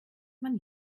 man